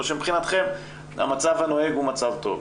או שמבחינתכם המצב הנוהג הוא מצב טוב.